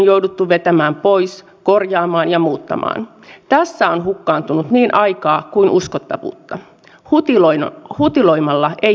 toimintaympäristön muutos vaatii aina puolustusvoimien korkeaa toimintavalmiutta on se sitten kysymyksessä maalla merellä tai ilmassa